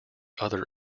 other